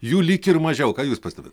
jų lyg ir mažiau ką jūs pastebit